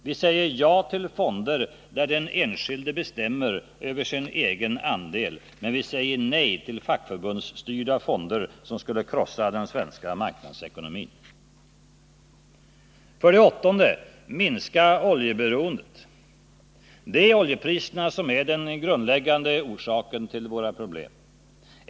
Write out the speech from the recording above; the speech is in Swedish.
Vi säger ja till fonder där den enskilde bestämmer över sin egen andel, nej till fackförbundsstyrda fonder som skulle krossa den svenska marknadsekonomin. För det åttonde: Minska oljeberoendet. Det är oljepriserna som är den grundläggande orsaken till våra problem.